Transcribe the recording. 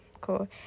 cool